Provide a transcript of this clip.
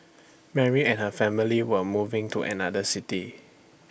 Mary and her family were moving to another city